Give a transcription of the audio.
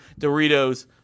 doritos